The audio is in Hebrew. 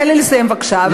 תן לי לסיים בבקשה.